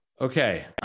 Okay